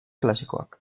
klasikoak